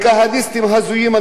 לכהניסטים הזויים אני לא עונה,